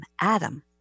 Adam